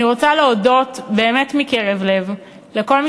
אני רוצה להודות באמת מקרב לב לכל מי